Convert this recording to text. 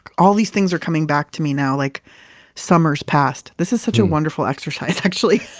all these things are coming back to me now like summers past. this is such a wonderful exercise actually.